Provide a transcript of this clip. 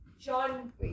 John